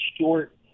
short